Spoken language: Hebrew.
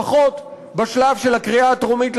לפחות בשלב של הקריאה הטרומית,